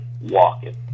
walking